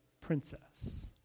princess